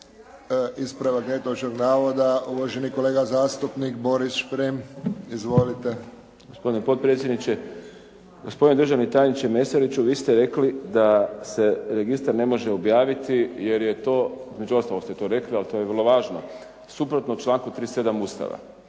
Gospodine potpredsjedniče, gospodine državni tajniče Meseliću vi ste rekli da se registar ne može objaviti jer je to, između ostalog ste to rekli, ali to je vrlo važno, suprotno članku 37. Ustava.